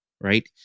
right